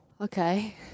okay